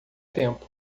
tempo